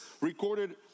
recorded